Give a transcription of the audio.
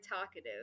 talkative